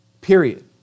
Period